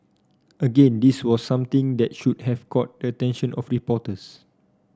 again this was something that should have caught the attention of reporters